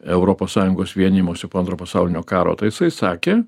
europos sąjungos vienijimosi po antro pasaulinio karo tai jisai sakė